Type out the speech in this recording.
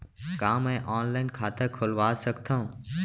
का मैं ऑनलाइन खाता खोलवा सकथव?